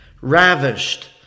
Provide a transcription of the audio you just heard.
ravished